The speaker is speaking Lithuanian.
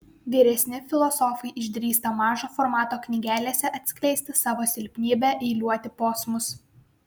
vyresni filosofai išdrįsta mažo formato knygelėse atskleisti savo silpnybę eiliuoti posmus